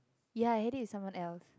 ya I had it with someone else